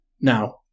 Now